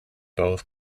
both